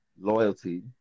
loyalty